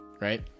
right